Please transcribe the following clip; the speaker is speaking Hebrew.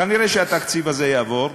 כנראה התקציב הזה יעבור,